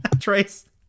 Trace